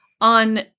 on